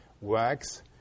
works